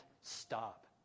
stop